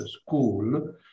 school